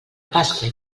pasqual